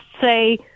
say